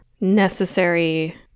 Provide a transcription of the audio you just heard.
necessary